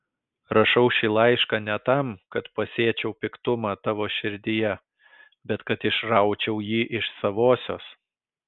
rašau šį laišką ne tam kad pasėčiau piktumą tavo širdyje bet kad išraučiau jį iš savosios